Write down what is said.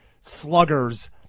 sluggers